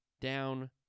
Down